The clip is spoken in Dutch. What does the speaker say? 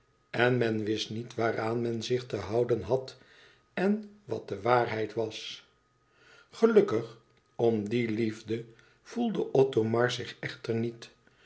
en men wist niet waaraan men zich te houden had en wat de waarheid was gelukkig om die liefde voelde othomar zich echter niet